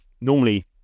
Normally